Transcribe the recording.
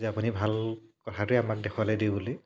যে আপুনি ভাল কথাটোৱে আমাক দেখুৱালে দেই বুলি